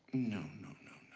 no, no, no,